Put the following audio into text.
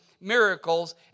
miracles